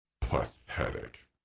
Pathetic